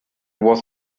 was